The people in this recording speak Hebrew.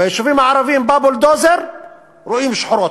ביישובים הערביים, בא בולדוזר, רואים שחורות.